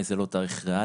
במאי זה לא תאריך ריאלי.